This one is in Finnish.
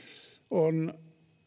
on